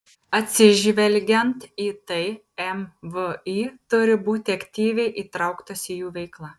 atsižvelgiant į tai mvį turi būti aktyviai įtrauktos į jų veiklą